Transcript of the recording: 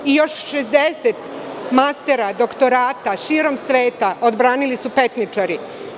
Takođe, još 60 mastera, doktorata širom sveta odbranili su „Petničari“